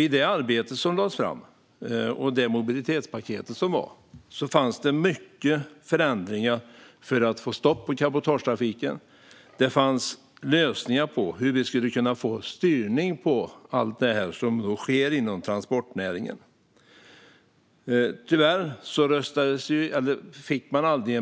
I det arbete och det mobilitetspaket som lades fram fanns många förslag på förändringar för att få stopp på cabotagetrafiken. Det fanns lösningar på hur vi skulle kunna få styr på allt som sker inom transportnäringen. Tyvärr